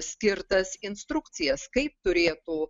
skirtas instrukcijas kaip turėtų